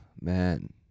man